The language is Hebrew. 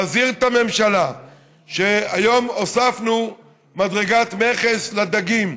להזהיר את הממשלה שהיום הוספנו מדרגת מכס לדגים,